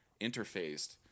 interfaced